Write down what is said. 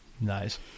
Nice